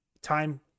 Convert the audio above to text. time